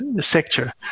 sector